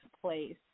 place